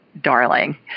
darling